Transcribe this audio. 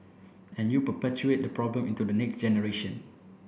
and you perpetuate the problem into the next generation